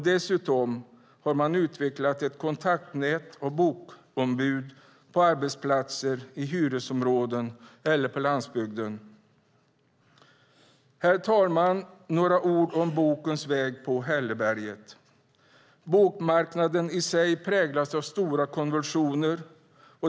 Dessutom har man utvecklat ett kontaktnät med bokombud på arbetsplatser, i hyresområden och på landsbygden. Herr talman! Så några ord om bokens väg på hälleberget. Bokmarknaden i sig präglas av stora konvulsioner.